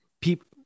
people